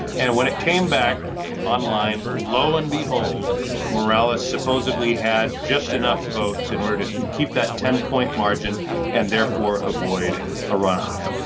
and when it came back online lo and behold morales supposedly had just enough votes in order to keep that ten point margin and therefore avoid a runoff.